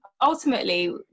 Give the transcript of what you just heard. ultimately